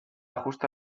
justo